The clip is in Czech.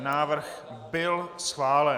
Návrh byl schválen.